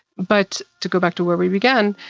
but to go back to where we began,